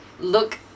look